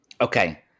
Okay